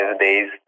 days